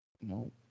No